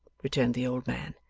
returned the old man,